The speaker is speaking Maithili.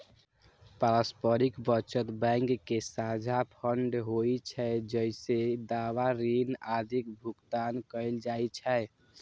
पारस्परिक बचत बैंक के साझा फंड होइ छै, जइसे दावा, ऋण आदिक भुगतान कैल जाइ छै